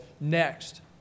next